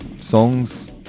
songs